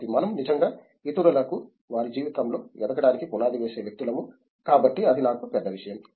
కాబట్టి మనం నిజంగా ఇతరులకు వారి జీవితంలో ఎదగడానికి పునాది వేసే వ్యక్తులము కాబట్టి అది నాకు పెద్ద విషయం